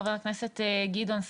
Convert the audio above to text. חבר הכנסת גדעון סער,